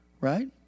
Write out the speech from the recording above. right